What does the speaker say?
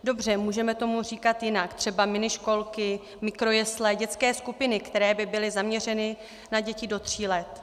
Dobře, můžeme tomu říkat jinak, třeba miniškolky, mikrojesle, dětské skupiny, které by byly zaměřeny na děti do tří let.